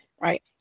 right